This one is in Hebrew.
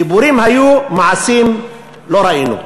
דיבורים היו, מעשים לא ראינו.